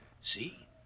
See